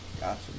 Gotcha